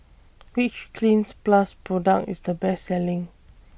Which Cleanz Plus Product IS The Best Selling